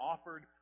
offered